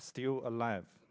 i still alive